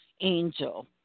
angel